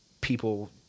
people